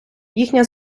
їхнє